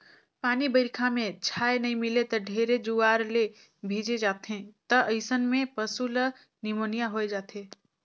पानी बइरखा में छाँय नइ मिले त ढेरे जुआर ले भीजे जाथें त अइसन में पसु ल निमोनिया होय जाथे